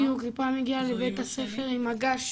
בדיוק, פעם היא הגיעה לבית הספר עם מגש